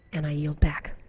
and i yield back.